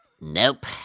Nope